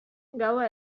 gaua